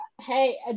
Hey